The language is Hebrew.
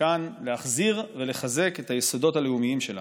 כאן להחזיר ולחזק את היסודות הלאומיים שלנו.